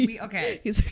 okay